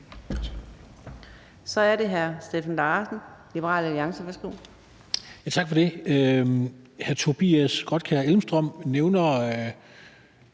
Så er det hr. Steffen Larsen, Liberal Alliance.